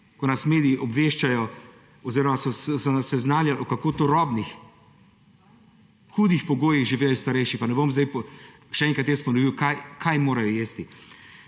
ko nas mediji obveščajo oziroma so nas seznanjali, v kako turobnih, hudih pogojih živijo starejši, pa ne bom zdaj še enkrat jaz ponovil, kaj morajo jesti.